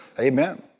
Amen